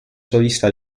solista